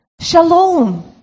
Shalom